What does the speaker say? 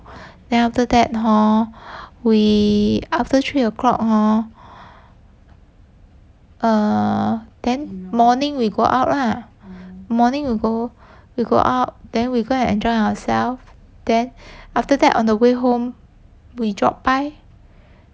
then after that hor we after three o'clock hor err ten morning we go out lah morning we go we go out then we go enjoy ourselves then after that on the way home we drop by